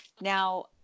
now